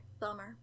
bummer